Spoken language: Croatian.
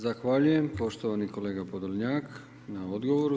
Zahvaljujem poštovani kolega Podolnjak na odgovoru.